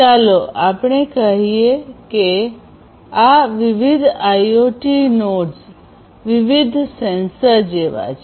ચાલો આપણે કહીએ કે આ વિવિધ આઇઓટી નોડેસ વિવિધ સેન્સર જેવા છે